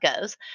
goes